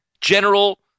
general